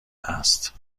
است